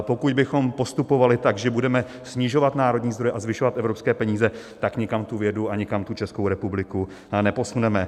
Pokud bychom postupovali tak, že budeme snižovat národní zdroje a zvyšovat evropské peníze, tak nikam vědu a nikam Českou republiku neposuneme.